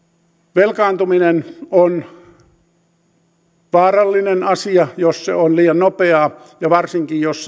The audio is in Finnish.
velkaantuminen on vaarallinen asia jos se on liian nopeaa ja varsinkin jos